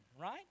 right